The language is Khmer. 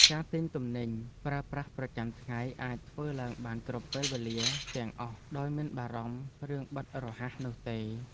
ការទិញទំនិញប្រើប្រាស់ប្រចាំថ្ងៃអាចធ្វើឡើងបានគ្រប់ពេលវេលាទាំងអស់ដោយមិនបារម្ភរឿងបិទរហ័សនោះទេ។